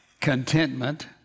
contentment